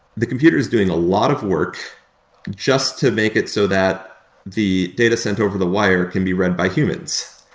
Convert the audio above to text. the computer is doing a lot of work just to make it so that the data sent over the wire can be read by humans.